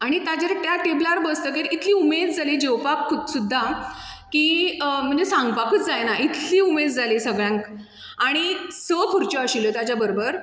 आनी ताजेर त्या टेबलार बसतकीर इतली उमेद जाली जेवपाक खूब सुद्दां की म्हणजे सांगपाकूच जायना इतली उमेद जाली सगळ्यांक आनी स कुर्च्यो आशिल्ल्यो ताज्या बरबर